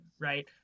Right